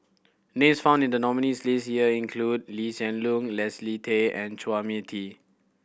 names found in the nominees' list this year include Lee Hsien Loong Leslie Tay and Chua Mia Tee